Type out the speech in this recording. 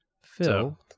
Phil